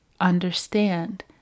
understand